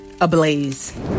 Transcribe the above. ablaze